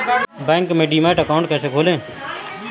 Bank में demat account कैसे खोलें?